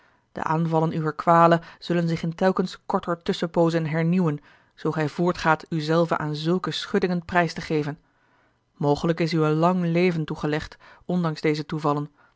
de aanvallen uwer kwale zullen zich in telkens korter tusschenpoozen hernieuwen zoo gij voortgaat u zelven aan zulke schuddingen prijs te geven ogelijk is u een lang leven toegelegd ondanks deze toevallen